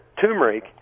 turmeric